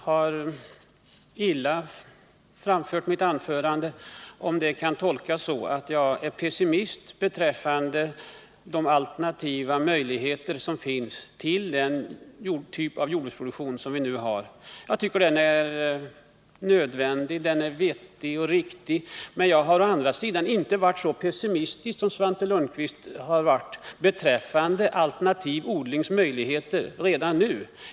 Herr talman! Jag har illa framfört mina synpunkter om mitt anförande kan tolkas så att jag är pessimist beträffande alternativa möjligheter för den typ av jordbruksproduktion som vi nu har och som jag tycker är nödvändig och riktig. Men jag har å andra sidan inte varit så pessimistisk som Svante Lundkvist varit beträffande alternativ odlings möjligheter redan nu.